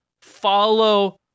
Follow